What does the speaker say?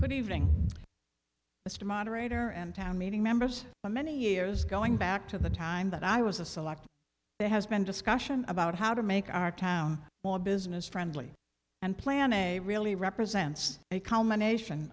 good evening mr moderator and town meeting members for many years going back to the time that i was a select there has been discussion about how to make our town more business friendly and plan a really represents a culmination